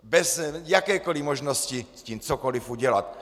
Bez jakékoli možnosti s tím cokoliv udělat.